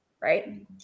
right